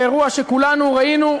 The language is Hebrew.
באירוע שכולנו ראינו,